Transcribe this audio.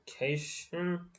location